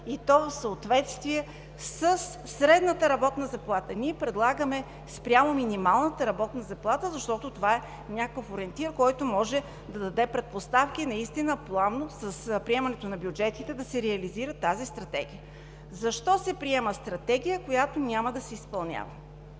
и то в съответствие със средната работна заплата. Ние предлагаме спрямо минималната работна заплата, защото това е някакъв ориентир, който може да даде предпоставки плавно, с приемането на бюджетите, да се реализира тази Стратегия. Защо се приема Стратегия, която няма да се изпълнява?